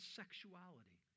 sexuality